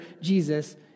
Jesus